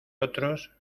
otros